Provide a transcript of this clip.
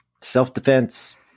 Self-defense